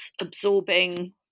absorbing